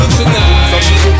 tonight